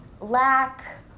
lack